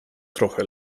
trochę